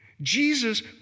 Jesus